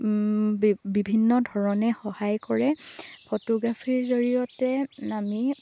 বিভিন্ন ধৰণে সহায় কৰে ফটোগ্ৰাফিৰ জৰিয়তে আমি